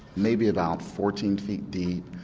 maybe about fourteen feet deep.